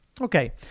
Okay